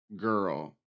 girl